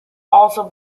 also